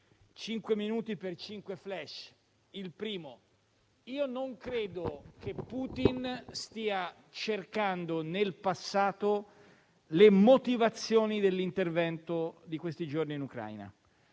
disposizione per cinque *flash*. Il primo: non credo che Putin stia cercando nel passato le motivazioni dell'intervento di questi giorni in Ucraina;